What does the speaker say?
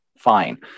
fine